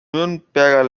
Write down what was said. nürnberger